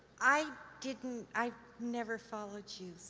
i didn't, i've never followed you,